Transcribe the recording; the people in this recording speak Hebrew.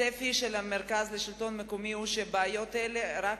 הצפי של מרכז השלטון המקומי הוא שבעיות אלה רק